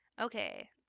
Okay